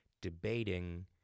debating